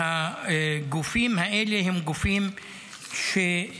והגופים האלה הם גופים חיוניים,